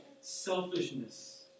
Selfishness